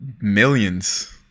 millions